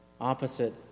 opposite